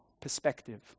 perspective